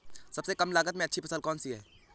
सबसे कम लागत में अच्छी फसल कौन सी है?